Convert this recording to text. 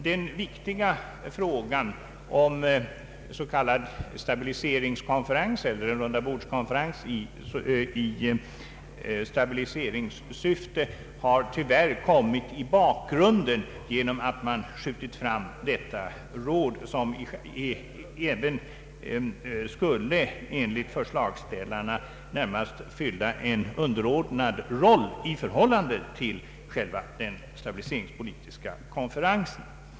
Den viktiga frågan om en s.k. stabiliseringskonferens eller rundabordskonferens i stabiliseringssyfte har tyvärr kommit i bakgrunden genom att man skjutit fram detta råd, som enligt förslagsställarna skulle fylla en underordnad roll i förhållande till den stabiliseringspolitiska konferensen.